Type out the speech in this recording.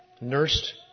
Nursed